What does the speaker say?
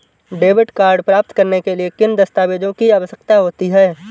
Debit card प्राप्त करने के लिए किन दस्तावेज़ों की आवश्यकता होती है?